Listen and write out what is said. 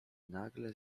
nagle